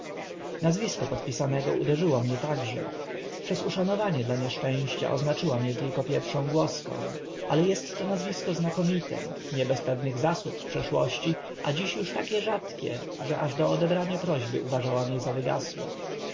nazwisko podpisanego uderzyło mię także przez uszanowanie dla nieszczęścia oznaczyłam e tylko pierwszą głoską ale est to nazwisko znakomite nie bez pewnych zasług w przeszłości a dziś uż takie rzadkie że aż do odebrania prośby uważałam e za wygasłe